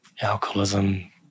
alcoholism